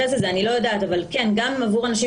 להגשת ערעור, אנא פנה ל-.